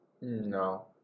No